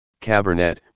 Cabernet